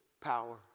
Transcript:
power